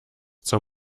zur